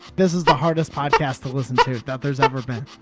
this is the hardest podcast to listen to that there's ever been.